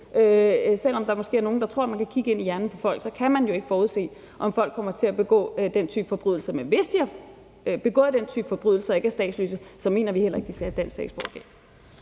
selv om der måske er nogle, der tror, at man kan kigge ind i hjernen på folk, så kan man jo ikke forudse, om folk kommer til at begå den type forbrydelser. Men hvis de har begået den type forbrydelser og de ikke er statsløse, så mener vi heller ikke, at de skal have et dansk statsborgerskab.